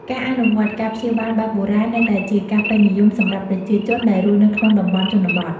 ការអនុវត្តការព្យាបាលបែបបុរាណនៅតែជាការពេញនិយមសម្រាប់ប្រជាជន ដែលរស់នៅក្នុងតំបន់ជនបទ។